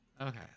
Okay